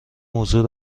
موضوع